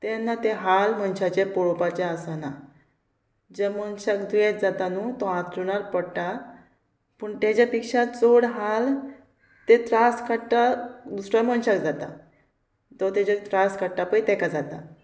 तेन्ना ते हाल मनशाचे पळोवपाचे आसना जे मनशाक दुयेंत जाता न्हू तो हांतरुणार पडटा पूण तेज्या पेक्षा चड हाल ते त्रास काडटा दुसऱ्या मनशाक जाता तो तेजे त्रास काडटा पळय ताका जाता